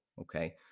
okay